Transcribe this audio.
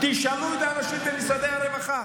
תשאלו את האנשים במשרד הרווחה.